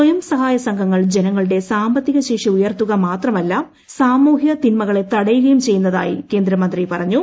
സ്വയം സഹായ സംഘങ്ങൾ ജനങ്ങളുടെ സ്പ്യാമ്പത്തിക ശേഷി ഉയർത്തുക മാത്രമല്ല സാമൂഹ്യ തിന്മകള്ളിക്ക്ട്യുകയും ചെയ്യുന്നതായി കേന്ദ്രമന്ത്രി പറഞ്ഞു